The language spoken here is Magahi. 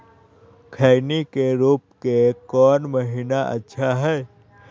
खैनी के रोप के कौन महीना अच्छा है?